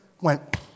went